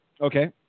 Okay